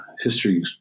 History